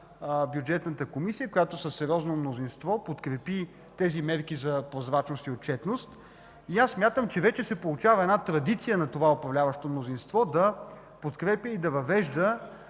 Бюджетната комисия, която със сериозно мнозинство подкрепи тези мерки за прозрачност и отчетност. Смятам, че вече се получава една традиция на това управляващо мнозинство да подкрепя и да въвежда